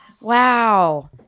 Wow